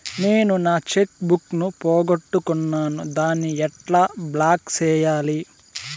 నేను నా cheque book ను పోగొట్టుకున్నాను దాన్ని ఎట్లా బ్లాక్ సేయాలి?